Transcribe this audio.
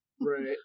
Right